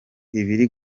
ibiri